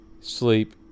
sleep